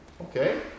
okay